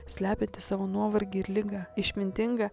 slepiantį savo nuovargį ir ligą išmintingą